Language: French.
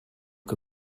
que